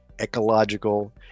ecological